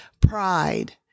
pride